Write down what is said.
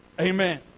Amen